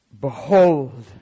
Behold